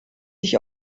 sich